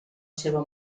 seva